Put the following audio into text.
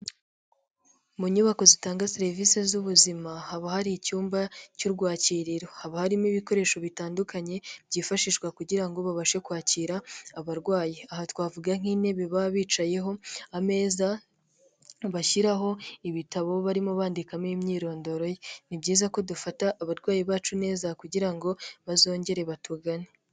Mu nyubako zitanga serivisi z'ubuzima, haba hari icyumba cy'urwakiriro, haba harimo ibikoresho bitandukanye byifashishwa kugira ngo babashe kwakira abarwayi, aha twavuga nk'intebe baba bicayeho, ameza bashyiraho ibitabo barimo bandikamo imyirondoro ye, ni byiza ko dufata abarwayi bacu neza kugira ngo bazongere batugane.